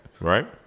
right